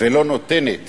ולא נותנת